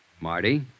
Marty